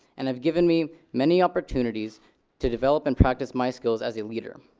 and have given me many opportunities to develop and practice my skills as a leader.